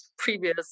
previous